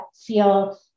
feel